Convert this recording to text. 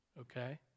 okay